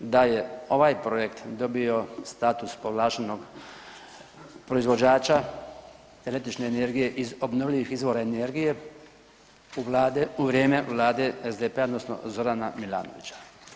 Da je ovaj projekt dobio status povlaštenog proizvođača električne energije iz obnovljivih izvora energije u vrijeme Vlade SDP-a odnosno Zorana Milanovića.